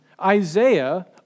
Isaiah